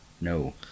No